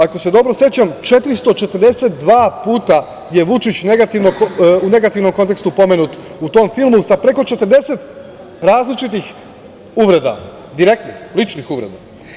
Ako se dobro sećam, 442 puta je Vučić u negativnom kontekstu pomenut u tom filmu, sa preko 40 različitih uvreda, direktnih, ličnih uvreda.